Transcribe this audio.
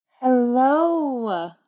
Hello